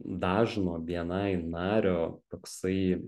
dažno bni nario toksai